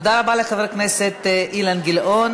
תודה רבה לחבר הכנסת אילן גילאון.